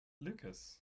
Lucas